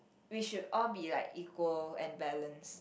we should all be like equal and balance